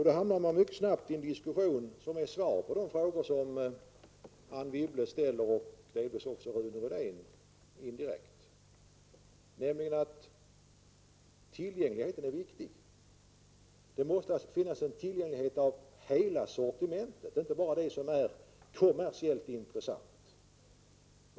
Då finner man mycket snabbt i en diskussion som ger svar på de frågor som Anne Wibble ställer och även på de som Rune Rydén indirekt ställer, nämligen att tillgängligheten är viktig. Det måste finnas en tillgänglighet av hela sortimentet, inte bara av det som är kommersiellt intressant.